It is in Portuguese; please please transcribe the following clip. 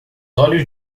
olhos